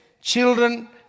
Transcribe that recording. children